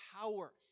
power